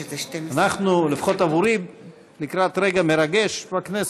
לפחות עבורי אנחנו לקראת רגע מרגש בכנסת,